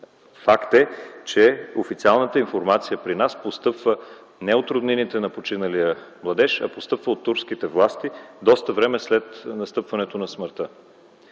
Факт е, че официалната информация при нас постъпва не от роднините на починалия младеж, а от турските власти доста време след настъпването на смъртта.